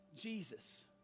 Jesus